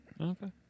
Okay